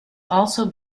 also